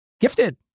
gifted